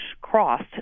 crossed